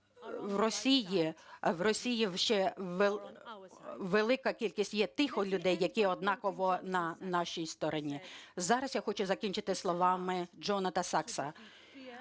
В Росії ще велика кількість є тих людей, які однаково на нашій стороні. Зараз я хочу закінчити словами Джонатана Сакса: